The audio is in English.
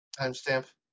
Timestamp